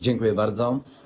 Dziękuję bardzo.